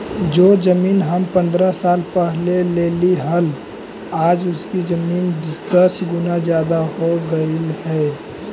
जो जमीन हम पंद्रह साल पहले लेली हल, आज उसकी कीमत दस गुना जादा हो गेलई हे